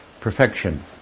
perfection